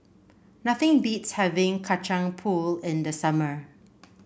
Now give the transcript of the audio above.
nothing beats having Kacang Pool in the summer